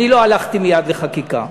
אני לא הלכתי מייד לחקיקה.